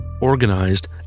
organized